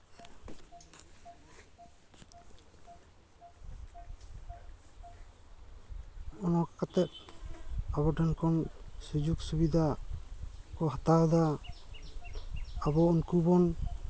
ᱚᱱᱠᱟ ᱠᱟᱛᱮᱫ ᱟᱵᱚ ᱴᱷᱮᱱ ᱠᱷᱚᱱ ᱥᱩᱡᱳᱜᱽ ᱥᱩᱵᱤᱫᱟ ᱠᱚ ᱦᱟᱛᱟᱣ ᱮᱫᱟ ᱟᱵᱚ ᱩᱱᱠᱩ ᱵᱚᱱ